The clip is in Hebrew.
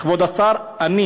כבוד השר, אני